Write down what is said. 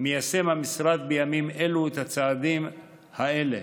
מיישם המשרד בימים אלו את הצעדים האלה,